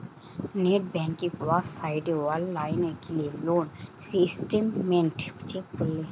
net banking ওয়েবসাইটে online গিলে loan statement check করলে